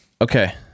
okay